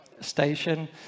station